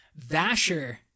Vasher